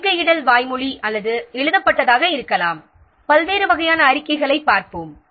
அறிக்கையிடல் வாய்வழி அல்லது எழுதப்பட்டதாக இருக்கலாம் பல்வேறு வகையான அறிக்கைகளைப் பார்ப்போம்